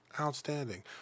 Outstanding